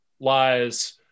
lies